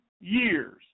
years